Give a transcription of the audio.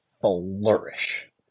flourish